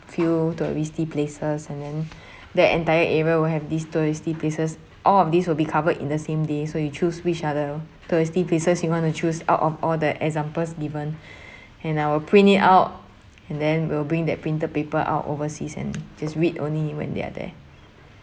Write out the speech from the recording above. few touristy places and then the entire area will have this touristy places all of these will be covered in the same day so you choose which are the touristy places you want to choose out of all the examples given and I will print it out and then we'll bring that printed paper our overseas and just read only when they are there